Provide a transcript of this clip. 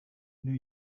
new